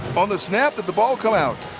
on the snap, did the ball come out?